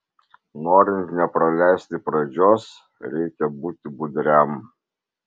norint nepraleisti pradžios reikia būti budriam